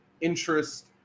interest